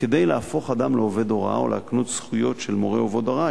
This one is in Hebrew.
כדי להפוך אדם לעובד הוראה או להקנות זכויות של מורה או עובד הוראה.